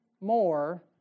more